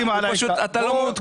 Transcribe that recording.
אתה לא מעודכן.